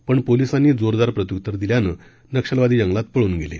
पण पोलिसांनी जोरदार प्रत्युतर दिल्यानं नक्षलवादी जंगलात पळून गेले